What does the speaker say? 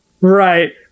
Right